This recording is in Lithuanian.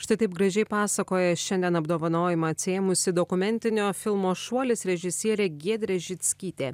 štai taip gražiai pasakoja šiandien apdovanojimą atsiėmusi dokumentinio filmo šuolis režisierė giedrė žickytė